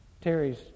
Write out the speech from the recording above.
Terry's